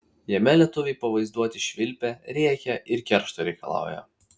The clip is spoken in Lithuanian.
jame lietuviai pavaizduoti švilpią rėkią ir keršto reikalaują